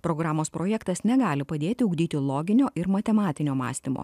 programos projektas negali padėti ugdyti loginio ir matematinio mąstymo